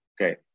okay